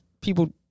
people